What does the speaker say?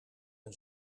een